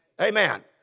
Amen